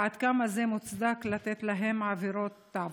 עד כמה זה מוצדק לתת להם דוחות על עבירות תעבורה?